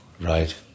Right